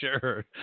sure